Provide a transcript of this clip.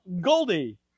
Goldie